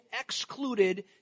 excluded